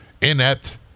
inept